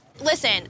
Listen